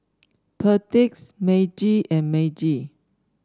Perdix Meiji and Meiji